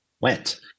went